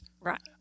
Right